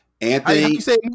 Anthony